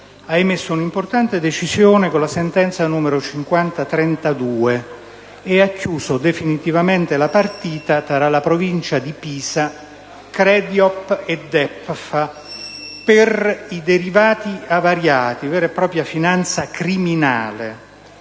ha emesso un'importante decisione con la sentenza n. 5032, chiudendo definitivamente la partita tra la Provincia di Pisa, CREDIOP e DEPFA, per i derivati avariati, vera e propria finanza criminale,